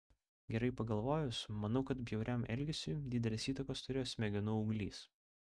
gerai pagalvojus manau kad bjauriam elgesiui didelės įtakos turėjo smegenų auglys